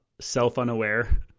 self-unaware